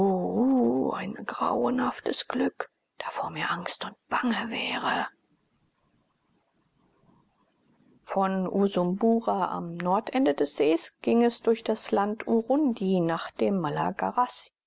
ein grauenhaftes glück davor mir angst und bange wäre von usumbura am nordende des sees ging es durch das land urundi nach dem